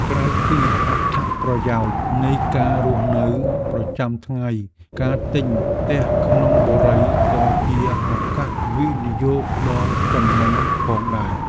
ក្រៅពីអត្ថប្រយោជន៍នៃការរស់នៅប្រចាំថ្ងៃការទិញផ្ទះក្នុងបុរីក៏ជាឱកាសវិនិយោគដ៏ចំណេញផងដែរ។